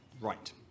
Right